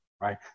right